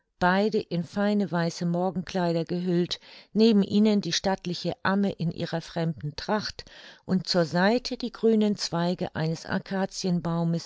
beide in feine weiße morgenkleider gehüllt neben ihnen die stattliche amme in ihrer fremden tracht und zur seite die grünen zweige eines